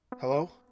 Hello